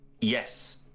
Yes